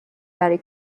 برای